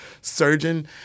surgeon